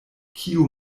kiu